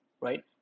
right